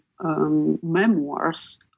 memoirs